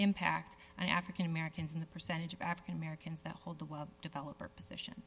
impact on african americans in the percentage of african americans that hold the web developer position